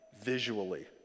visually